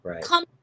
come